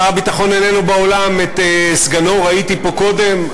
שר הביטחון איננו באולם, את סגנו ראיתי פה קודם.